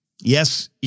Yes